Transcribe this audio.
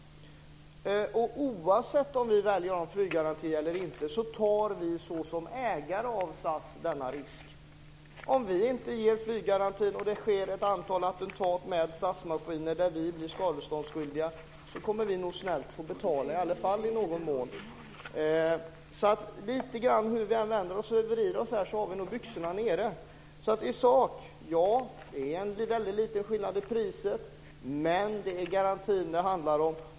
Oavsett om vi väljer dessa flyggarantier eller inte så tar vi såsom ägare av SAS denna risk. Om vi inte ger flyggarantin och det sker ett antal attentat med SAS-maskiner där vi blir skadeståndsskyldiga, så kommer vi nog snällt att få betala i alla fall i någon mån. Lite grann är det på det sättet att hur vi än vänder och vrider på oss så har vi nog byxorna nere. I sak är det nog en väldigt liten skillnad i priset. Men det är garantin som det handlar om.